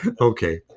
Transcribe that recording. Okay